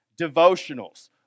devotionals